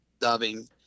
dubbing